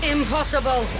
Impossible